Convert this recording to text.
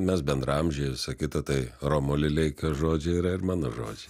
mes bendraamžiai visa kita tai romo lileikio žodžiai yra ir mano žodžiai